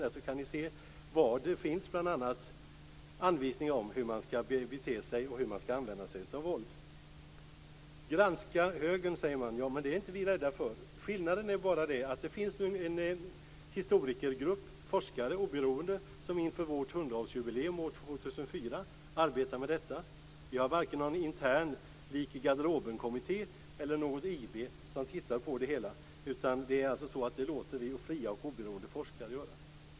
Då kan ni se var det finns anvisningar bl.a. om hur man skall bete sig och om hur man skall använda sig av våld. Man säger: Granska högern! Ja, det är vi inte rädda för. Skillnaden är bara att det finns en historikergrupp, oberoende forskare, som inför vårt 100 årsjubileum år 2004 arbetar med detta. Vi har varken någon intern lik-i-garderoben-kommitté eller något IB som tittar på det hela. Det låter vi alltså fria och oberoende forskare göra.